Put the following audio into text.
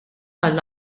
għall